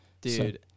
Dude